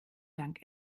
dank